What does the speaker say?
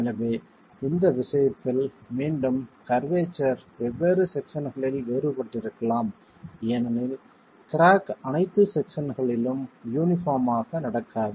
எனவே இந்த விஷயத்தில் மீண்டும் கர்வேச்சர் வெவ்வேறு செக்சன்களில் வேறுபட்டிருக்கலாம் ஏனெனில் கிராக் அனைத்து செக்சன்களிலும் யூனிபார்ம் ஆக நடக்காது